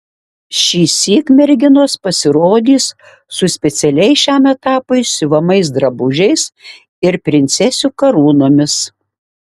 šįsyk merginos pasirodys su specialiai šiam etapui siuvamais drabužiais ir princesių karūnomis